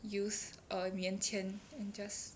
use a 棉签 and just